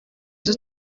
izo